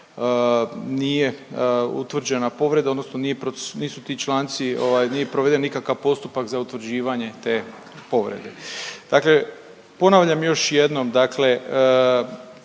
nije utvrđena povreda, odnosno nisu ti članci, nije proveden nikakav postupak za utvrđivanje te povrede. Dakle, ponavljam još jednom. Dakle,